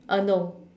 uh no